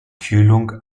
kühlung